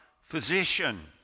physician